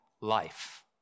life